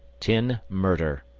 tin murder.